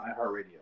iHeartRadio